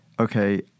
okay